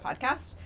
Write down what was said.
Podcast